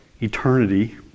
eternity